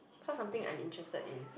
what's something I'm interested in